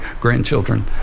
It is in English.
grandchildren